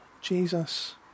Jesus